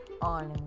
on